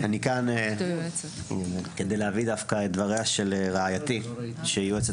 אני כאן כדי להקריא דווקא את דבריה של רעיתי שהיא יועצת